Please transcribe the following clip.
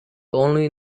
only